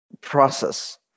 process